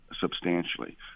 substantially